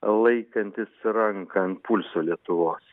laikantis ranką ant pulso lietuvos